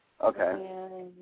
Okay